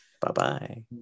Bye-bye